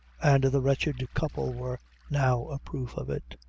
and the wretched couple were now a proof of it.